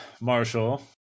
Marshall